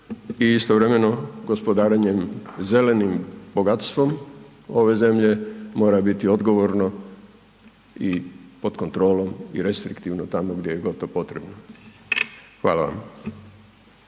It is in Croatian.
i istovremeno gospodarenjem zelenim bogatstvom ove zemlje mora biti odgovorno i pod kontrolom i restriktivno tamo gdje god je to potrebno. Hvala vam.